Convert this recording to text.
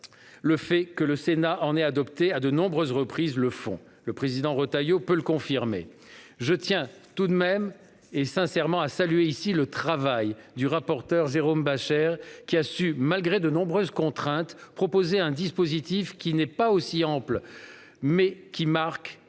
le fait que le Sénat en ait adopté à de nombreuses reprises le fond, comme le président Retailleau peut le confirmer. Je tiens à saluer ici le travail du rapporteur Jérôme Bascher, qui a su, malgré de nombreuses contraintes, proposer un dispositif qui n'est pas aussi ample, mais qui marque